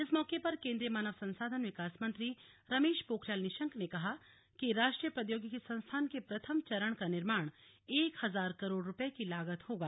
इस मौके पर केन्द्रीय मानव संसाधन विकास मंत्री रमेश पोखरियाल निशंक ने कहा कि राष्ट्रीय प्राद्योगिकी संस्थान के प्रथम चरण का निर्माण एक हजार करोड़ रुपये की लागत से होगा